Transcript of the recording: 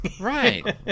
Right